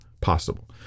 possible